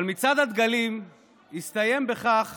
אבל מצעד הדגלים הסתיים בכך